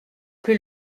plus